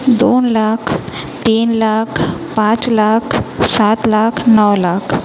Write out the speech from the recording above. दोन लाख तीन लाख पाच लाख सात लाख नऊ लाख